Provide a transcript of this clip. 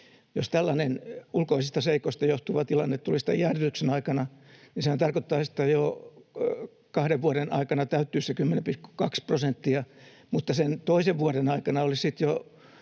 jos tällainen ulkoisista seikoista johtuva tilanne tulisi tämän jäädytyksen aikana, niin sehän tarkoittaisi, että jo kahden vuoden aikana täyttyisi se 10,2 prosenttia, mutta sen toisen vuoden aikana olisi